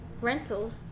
rentals